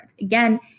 Again